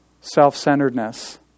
self-centeredness